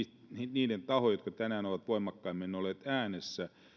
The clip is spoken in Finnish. niiden tahojen jotka tänään ovat voimakkaimmin olet äänessä